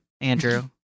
Andrew